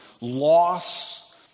Loss